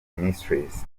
ministries